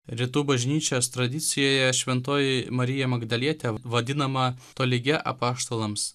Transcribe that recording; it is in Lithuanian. rytų bažnyčios tradicijoje šventoji marija magdalietė vadinama tolygia apaštalams